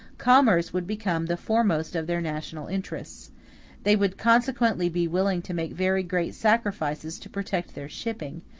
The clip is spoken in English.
commerce would become the foremost of their national interests they would consequently be willing to make very great sacrifices to protect their shipping,